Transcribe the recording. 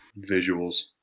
Visuals